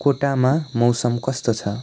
कोटामा मौसम कस्तो छ